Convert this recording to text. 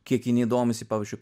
kiek jinai domisi pavyzdžiui